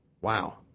Wow